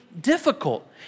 difficult